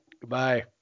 Goodbye